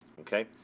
okay